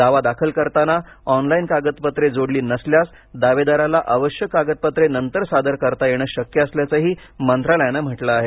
दावा दाखल करताना ऑनलाइन कागदपत्रे जोडली नसल्यास दावेदाराला आवश्यक कागदपत्रे नंतर सादर करता येणं शक्य असल्याचही मंत्रालयान म्हटलं आहे